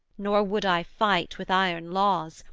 nor would i fight with iron laws,